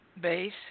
base